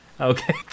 Okay